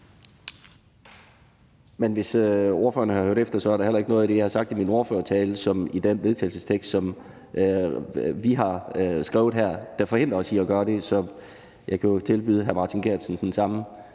Men hvis ordføreren havde hørt efter, er der heller ikke noget af det, jeg har sagt i min ordførertale, som i den vedtagelsestekst, som vi har skrevet her, forhindrer os i at gøre det. Så jeg kan jo tilbyde hr. Martin Geertsen den samme